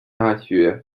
大学